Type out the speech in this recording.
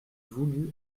voulu